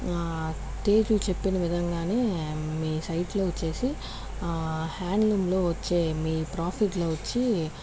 తేజు చెప్పిన విధంగానే మీ సైట్లో వచ్చేసి హ్యాండ్లూమ్లో వచ్చే మీ ప్రాఫిట్లో వచ్చి